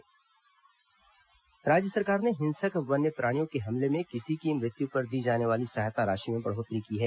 जनहानि सहायता राशि राज्य सरकार ने हिंसक वन्य प्राणियों के हमले में किसी की मृत्यु पर दी जाने वाली सहायता राशि में बढ़ोतरी की है